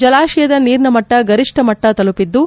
ಜಲಾಶಯದ ನೀರಿನ ಮಟ್ಟ ಗರಿಷ್ಠ ಮಟ್ಟ ತಲುಪಿದ್ದು